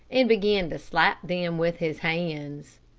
and began to slap them with his hands.